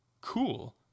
cool